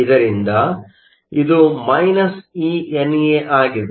ಇದರಿಂದ ಇದು eNA ಆಗಿದೆ